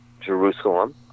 Jerusalem